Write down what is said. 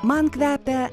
man kvepia